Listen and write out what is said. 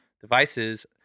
devices